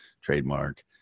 trademark